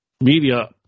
media